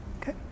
Okay